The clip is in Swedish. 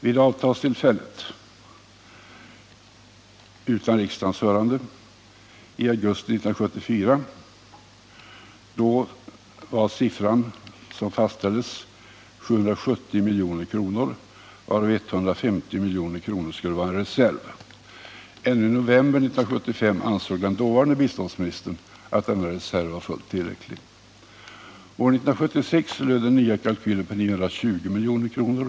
Vid avtalets undertecknande — utan riksdagens hörande —-i augusti 1974 var siffran som fastställdes 770 milj.kr., varav 150 milj.kr. skulle vara en reserv. Ännu i november 1975 ansåg den dåvarande biståndsministern att denna reserv var fullt tillräcklig. År 1976 löd den nya kalkylen på 920 milj.kr.